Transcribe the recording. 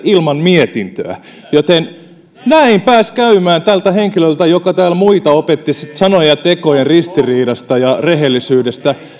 ilman mietintöä näin pääsi käymään tältä henkilöltä joka täällä muita opetti sanojen ja tekojen ristiriidasta ja rehellisyydestä